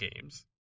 games